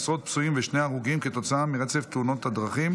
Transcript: עשרות פצועים ושני הרוגים כתוצאה מרצף תאונות דרכים